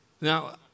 Now